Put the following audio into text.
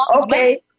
okay